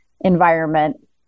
environment